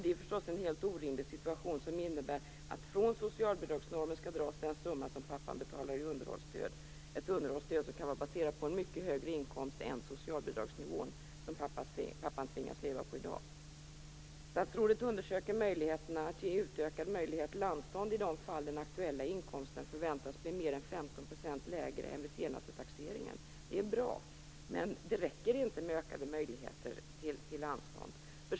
Det är förstås en helt orimlig situation som innebär att från socialbidragsnormen skall dras den summa som pappan betalar i underhållsstöd, ett underhållsstöd som kan vara baserat på en mycket högre inkomst än socialbidragsnivån som pappan tvingas leva på i dag. Statsrådet undersöker möjligheterna att ge utökad möjlighet till anstånd i de fall den aktuella inkomsten förväntas bli mer än 15 % lägre än vid senaste taxeringen. Det är bra, men det räcker inte med ökade möjligheter till anstånd.